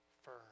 firm